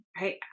Right